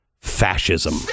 fascism